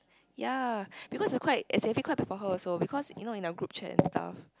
ya because it's quite as in quite big for her also because you know in our group chat and stuff